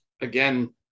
Again